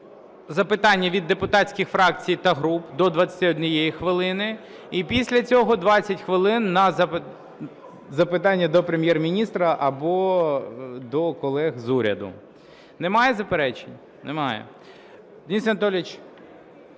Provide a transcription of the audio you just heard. запитання від депутатських фракцій та груп – до 21 хвилини. І після цього 20 хвилин – на запитання до Прем'єр-міністра або до колег з уряду. Немає заперечень? Немає. Денис Анатолійович,